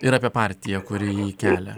ir apie partiją kuri kelia